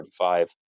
1945